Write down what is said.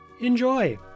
enjoy